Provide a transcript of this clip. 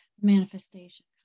manifestation